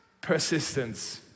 persistence